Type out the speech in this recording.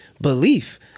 belief